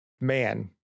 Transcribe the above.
man